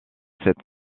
cette